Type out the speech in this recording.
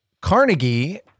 Carnegie